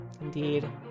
Indeed